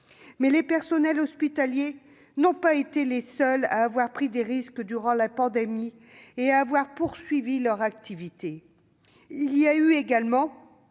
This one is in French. étant, les personnels hospitaliers n'ont pas été les seuls à prendre des risques durant la pandémie en poursuivant leur activité. Il y a également